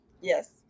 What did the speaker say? Yes